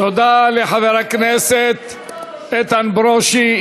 תודה לחבר הכנסת איתן ברושי.